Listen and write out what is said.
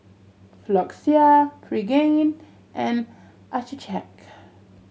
Floxia Pregain and Accucheck